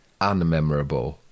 unmemorable